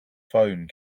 phone